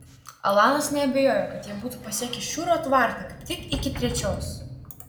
alanas neabejojo kad jie būtų pasiekę šiurio tvartą kaip tik iki trečios